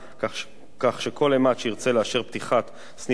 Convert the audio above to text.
כך שכל אימת שירצה לאשר פתיחת סניף חדש,